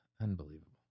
unbelievable